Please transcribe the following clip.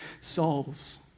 souls